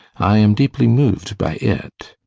i am deeply moved by it.